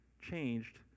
changed